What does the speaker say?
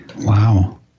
Wow